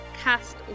cast